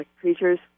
creatures